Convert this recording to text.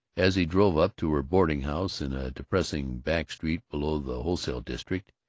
as he drove up to her boarding-house, in a depressing back street below the wholesale district,